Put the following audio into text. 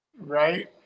right